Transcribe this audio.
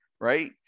right